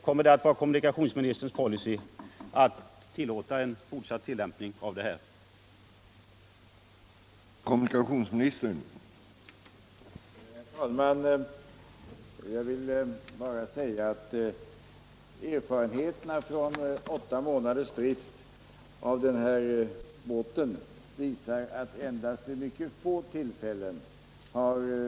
Kommer det att vara kommunikationsministerns policy att tillåta en fortsatt tillämpning av detta sätt för befälsbemanning?